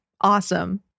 Awesome